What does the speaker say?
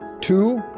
Two